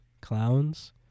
Clowns